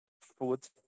food